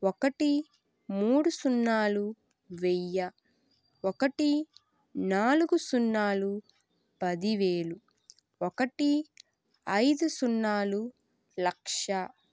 ఒకటి మూడు సున్నాలు వెయ్యి ఒకటి నాలుగు సున్నాలు పదివేలు ఒకటి ఐదు సున్నాలు లక్ష